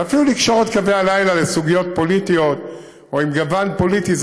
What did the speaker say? ואפילו לקשור את קווי הלילה לסוגיות פוליטיות או עם גוון פוליטי,